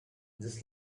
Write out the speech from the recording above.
just